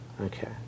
Okay